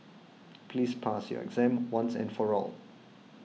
please pass your exam once and for all